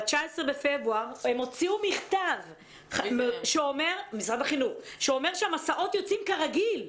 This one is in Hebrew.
ב-19 בפברואר משרד החינוך הוציא מכתב שאומר שהמסעות יוצאים כרגיל.